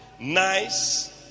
nice